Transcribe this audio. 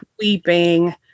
weeping